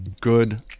good